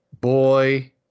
boy